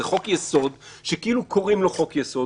זה חוק-יסוד שכאילו קוראים לו חוק-יסוד,